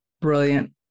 brilliant